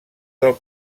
del